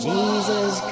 Jesus